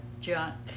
junk